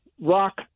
rock